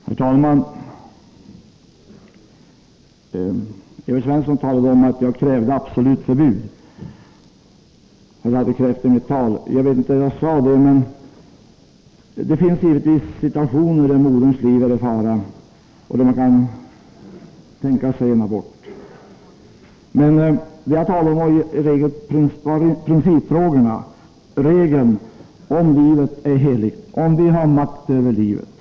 Herr talman! Evert Svensson talade om att jag i mitt anförande krävde absolut förbud. Jag vet inte om jag sade så, men jag vill ändå framhålla att det givetvis finns situationer där moderns liv är i fara och där man kan tänka sig en abort. Men vad jag talade om var principfrågorna, regeln om livets helighet och spörsmålet om vi har makt över livet.